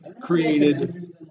created